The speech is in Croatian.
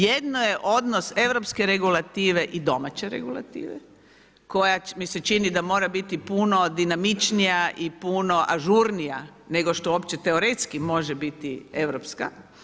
Jedno je odnos Europske regulative i domaće regulative koja mi se čini da mora biti puno dinamičnija i puno ažurnija nego što uopće teoretski može biti europska.